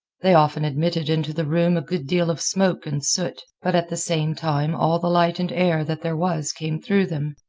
they often admitted into the room a good deal of smoke and soot but at the same time all the light and air that there was came through them.